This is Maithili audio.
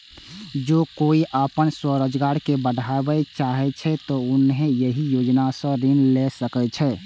जौं कोइ अपन स्वरोजगार कें बढ़ाबय चाहै छै, तो उहो एहि योजना सं ऋण लए सकै छै